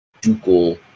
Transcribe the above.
ducal